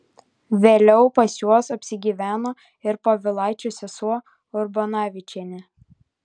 vėliau pas juos apsigyveno ir povilaičio sesuo urbonavičienė